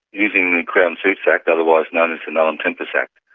using the crown suits act, otherwise known as the nullum tempus act,